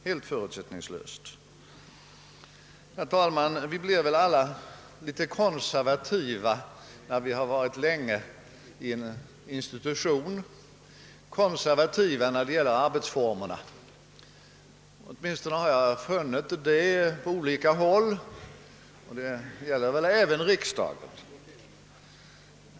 Herr talman! Vi blir väl alla litet konservativa då det gäller arbetsformerna efter att ha tillhört en institution länge — åtminstone har jag funnit detta på olika håll och det gäller väl även riksdagen.